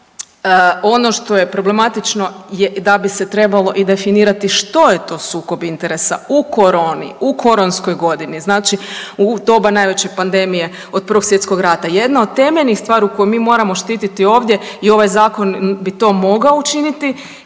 Ono što je problematično je da bi se trebalo i definirati što je to sukob interesa u koroni, u koronskoj godini, znači, u doba najveće pandemije od 1. svjetskog rata. Jedna od temeljnih stvari koje mi moramo štititi ovdje je ovaj Zakon bi to mogao učiniti